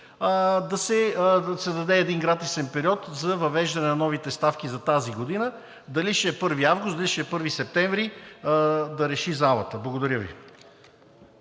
да се даде един гратисен период на въвеждане на новите ставки за тази година. Дали ще е 1 август, дали ще е 1 септември – да реши залата. Благодаря Ви.